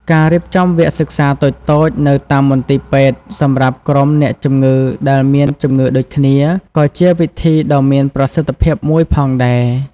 ការរៀបចំវគ្គសិក្សាតូចៗនៅតាមមន្ទីរពេទ្យសម្រាប់ក្រុមអ្នកជំងឺដែលមានជំងឺដូចគ្នាក៏ជាវិធីដ៏មានប្រសិទ្ធភាពមួយផងដែរ។